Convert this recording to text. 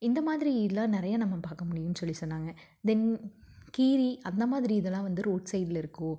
இந்த மாதிரி இதலாம் நிறைய நம்ம பார்க்க முடியுன்னு சொல்லி சொன்னாங்க தென் கீரி அந்த மாதிரி இதெல்லாம் வந்து ரோட் சைடில் இருக்கும்